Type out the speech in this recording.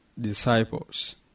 disciples